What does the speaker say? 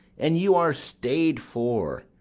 and you are stay'd for.